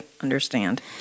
understand